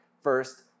first